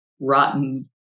rotten